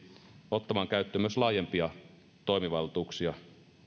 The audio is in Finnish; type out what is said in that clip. ottamaan käyttöön myös laajempia toimivaltuuksia